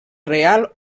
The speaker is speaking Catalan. real